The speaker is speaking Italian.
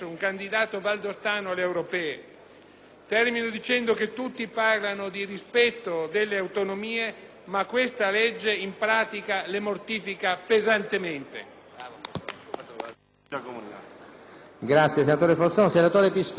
Termino dicendo che tutti parlano di rispetto delle autonomie, ma il disegno di legge in esame in pratica le mortifica pesantemente.